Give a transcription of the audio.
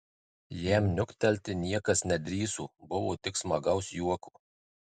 jam niuktelti niekas nedrįso buvo tik smagaus juoko